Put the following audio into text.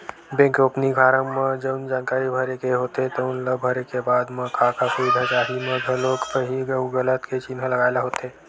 bank opening form म जउन जानकारी भरे के होथे तउन ल भरे के बाद म का का सुबिधा चाही म घलो सहीं अउ गलत के चिन्हा लगाए ल होथे